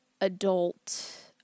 adult